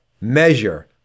measure